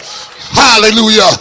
Hallelujah